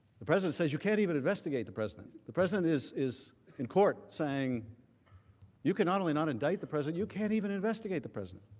the president says you can even investigate the president. the president is is in court saying you cannot only not indict the president but you can even investigate the president.